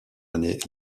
année